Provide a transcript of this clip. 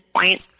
point